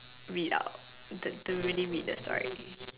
read out the to really read the story